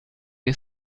che